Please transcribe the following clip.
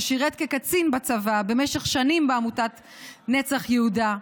ששירת כקצין בצבא במשך שנים בגדוד נצח יהודה,